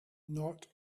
not